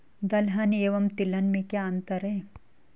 दलहन एवं तिलहन में क्या अंतर है?